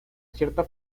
cierta